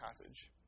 passage